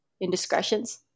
indiscretions